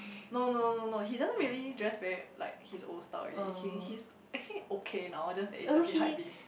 no no no no no he doesn't really dress very like his old style already he he's actually okay now just that it's a bit hypebeast